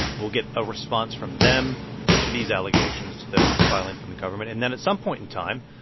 we'll get a response from them to these allegations, to the to the filing from the government. and then at some point in time,